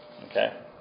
Okay